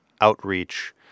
outreach